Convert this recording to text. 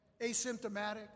asymptomatic